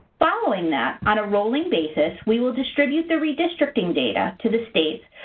following that, on a rolling basis, we will distribute the redistricting data to the states,